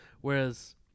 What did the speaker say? Whereas